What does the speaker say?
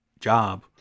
job